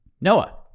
Noah